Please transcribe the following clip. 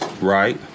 Right